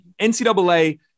NCAA